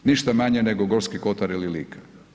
Ništa manje nego Gorski kotar ili Lika.